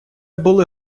були